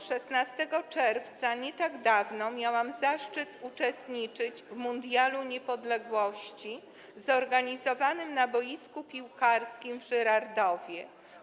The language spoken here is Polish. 16 czerwca, nie tak dawno, miałam zaszczyt uczestniczyć w Mundialu Niepodległości zorganizowanym na boisku piłkarskim w Żyrardowie.